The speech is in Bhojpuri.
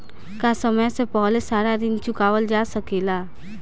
का समय से पहले सारा ऋण चुकावल जा सकेला?